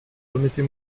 remettez